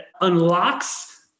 unlocks